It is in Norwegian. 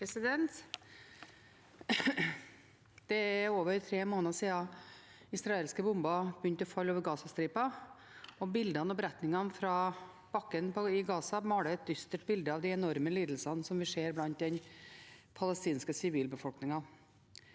Det er over tre må- neder siden israelske bomber begynte å falle over Gazastripen, og bildene og beretningene fra bakken i Gaza maler et dystert bilde av de enorme lidelsene vi ser blant den palestinske sivilbefolkningen.